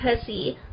pussy